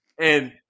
And-